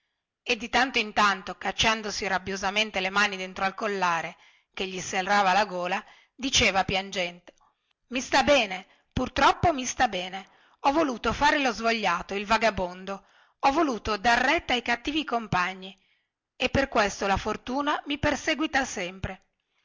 e di tanto in tanto cacciandosi rabbiosamente le mani dentro al collare che gli serrava la gola diceva piangendo i sta bene pur troppo mi sta bene ho voluto fare lo svogliato il vagabondo ho voluto dar retta ai cattivi compagni e per questo la sfortuna mi perseguita sempre